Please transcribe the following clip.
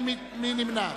מי נמנע?